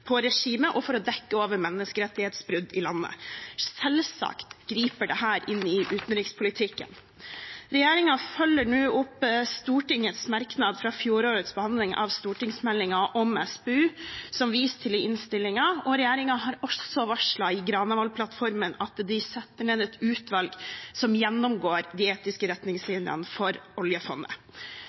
på regimet og for å dekke over menneskerettighetsbrudd i landet. Selvsagt griper dette inn i utenrikspolitikken. Regjeringen følger nå opp Stortingets merknad i fjorårets behandling av stortingsmeldingen om SPU, som vist til i innstillingen, og regjeringen har også varslet i Granavolden-plattformen at de setter ned et utvalg som gjennomgår de etiske retningslinjene for oljefondet.